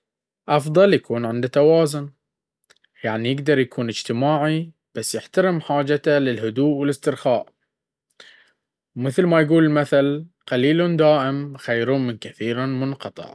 أفضل يكون عنده توازن، يعني يقدر يكون اجتماعي بس يحترم حاجته للهدوء والاسترخاء ومثل ما يقول المثل قليل دائم خير من كثير منقطع.